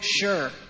sure